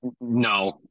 No